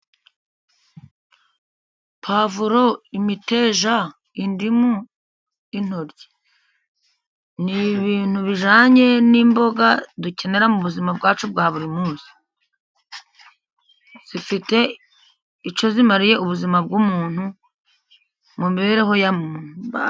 Pavuro, imiteja, indimu, intoryi. Ni ibintu bijyanye n'imboga dukenera mu buzima bwacu bwa buri munsi. Zifite icyo zimariye ubuzima bw'umuntu mu mibereho ya muntu.